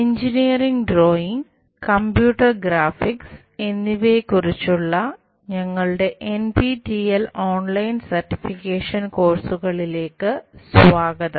engineering drawing computer graphics എന്നിവയെക്കുറിച്ചുള്ള നമ്മളുടെ NPTEL online certification കോഴ്സുകളിലേക്ക് സ്വാഗതം